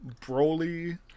Broly